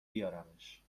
بیارمش